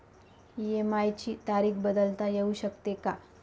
EMI ची तारीख बदलता येऊ शकते का?